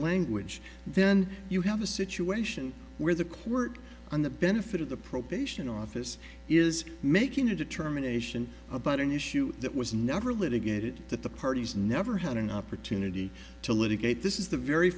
language then you have a situation where the court on the benefit of the probation office is making a determination about an issue that was never litigated that the parties never had an opportunity to litigate this is the very